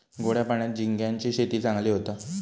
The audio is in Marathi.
गोड्या पाण्यात झिंग्यांची शेती चांगली होता